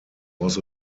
was